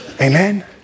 Amen